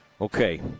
Okay